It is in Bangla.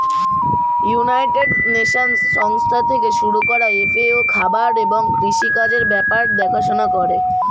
ইউনাইটেড নেশনস সংস্থা থেকে শুরু করা এফ.এ.ও খাবার এবং কৃষি কাজের ব্যাপার দেখাশোনা করে